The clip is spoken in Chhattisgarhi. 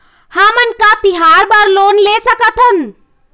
हमन का तिहार बर लोन ले सकथन?